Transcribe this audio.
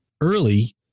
early